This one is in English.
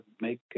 make